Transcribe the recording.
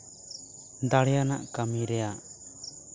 ᱫᱟᱲᱮᱭᱟᱱᱟᱜ ᱠᱟ ᱢᱤ ᱨᱮᱭᱟᱜ